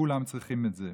וכולם צריכים את זה.